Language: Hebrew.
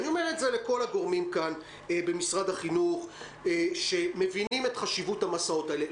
אני אומר לכל הגורמים כאן במשרד החינוך שמבינים את חשיבות המסעות האלה,